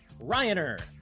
Ryaner